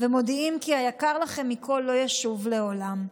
ומודיעים כי היקר לכם מכול לא ישוב לעולם.